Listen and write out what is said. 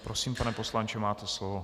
Prosím, pane poslanče, máte slovo.